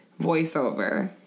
voiceover